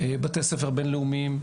בתי ספר בינלאומיים,